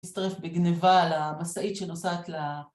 להצטרף בגניבה למשאית שנוסעת ל...